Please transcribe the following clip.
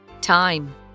Time